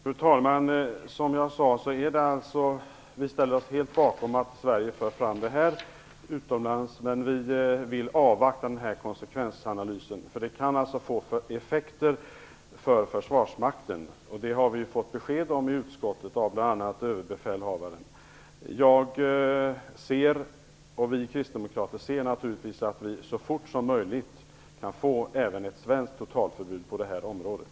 Fru talman! Som jag sade ställer vi oss helt bakom att Sverige för fram detta utomlands, men vi vill avvakta konsekvensanalysen. Detta kan få effekter för försvarsmakten. Det har vi fått besked om i utskottet av bl.a. Överbefälhavaren. Vi kristdemokrater ser naturligtvis fram emot att vi så fort som möjligt kan få även ett svenskt totalförbud på det här området.